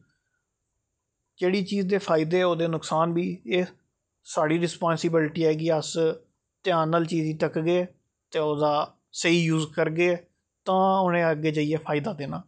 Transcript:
जेह्ड़ी चीज दे फायदे ओह्दे नुक्सान बी एह् साढ़ी रिस्पांसिबिलिटी ऐ कि अस ध्यान नाल चीज गी तकगे ते ओहदा स्हेई यूज करगे तां उ'नें अग्गें जेइयै फायदा देना